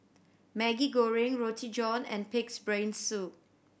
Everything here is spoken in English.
Maggi Goreng Roti John and Pig's Brain Soup